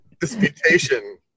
disputation